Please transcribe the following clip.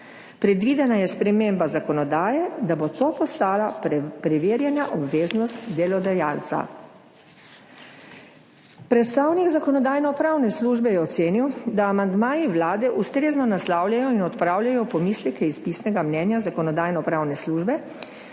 Predvidena je sprememba zakonodaje, da bo to postala preverjena obveznost delodajalca. Predstavnik Zakonodajno-pravne službe je ocenil, da amandmaji Vlade ustrezno naslavljajo in odpravljajo pomisleke iz pisnega mnenja Zakonodajno-pravne službe